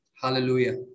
Hallelujah